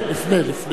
לפני.